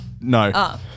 No